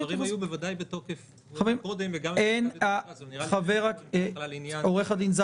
הדברים היו עוד בוודאי בתוקף קודם וגם לפני פסיקת בית המשפט.